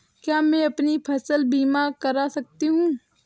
क्या मैं अपनी फसल बीमा करा सकती हूँ?